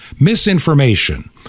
misinformation